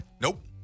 Nope